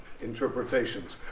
interpretations